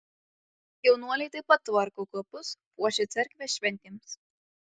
jaunuoliai taip pat tvarko kapus puošia cerkvę šventėms